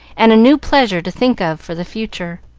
and a new pleasure to think of for the future.